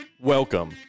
Welcome